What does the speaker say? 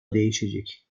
değişecek